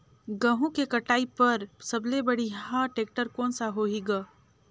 गहूं के कटाई पर सबले बढ़िया टेक्टर कोन सा होही ग?